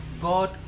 God